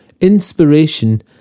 Inspiration